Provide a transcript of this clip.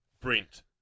Brent